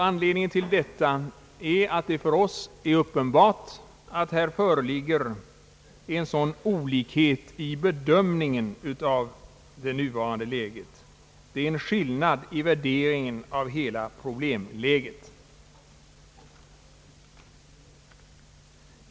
Anledningen härtill är att det för oss är uppenbart att här föreligger en sådan olikhet i hedömningen av det nuvarande läget. Det är en skillnad i värderingen av hela problemläget.